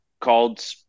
called